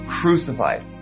crucified